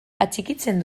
atxikitzen